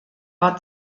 war